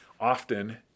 Often